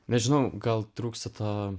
nežinau gal trūksta to